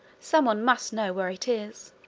someone must know where it is.